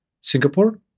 Singapore